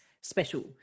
special